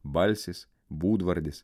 balsis būdvardis